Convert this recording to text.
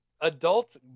adult